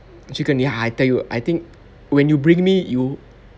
chicken ya I tell you I think when you bring me you